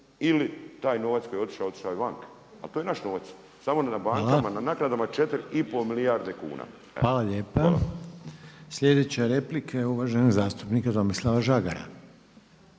ili taj novac koji je otišao, otišao je vanka, ali to je naš novac. Samo na bankama, na naknadama 4,5 milijarde kuna. Hvala. **Reiner, Željko (HDZ)** Hvala lijepa. Sljedeća replika je uvaženog zastupnika Tomislava Žagara.